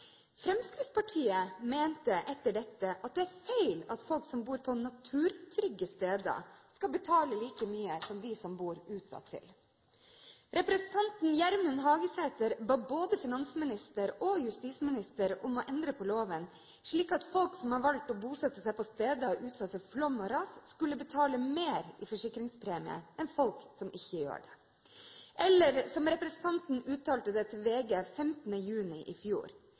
Fremskrittspartiet mente etter dette at «det er feil at folk som bor på naturtrygge steder skal betale like mye som de som bor utsatt til». Representanten Gjermund Hagesæter ba både finansministeren og justisministeren om å endre loven, slik at folk som har valgt å bosette seg på steder utsatt for flom og ras, skulle betale mer i forsikringspremie enn folk som ikke har det – eller, som representanten uttalte til VG 15. juni i fjor: